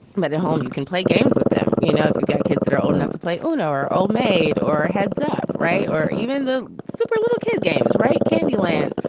at at home, you can play games with them. you know, if you got kids that are old enough to play on our old maid or heads up. right. or even the super little kid games. right. candyland.